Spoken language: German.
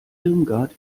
irmgard